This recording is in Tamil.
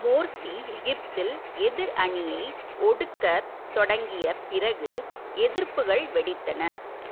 மோர்சி எகிப்தில் எதிர் அணியை ஒடுக்க தொடங்கிய பிறகு எதிர்ப்புகள் வெடித்தன